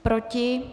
Proti?